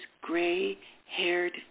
gray-haired